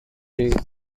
grade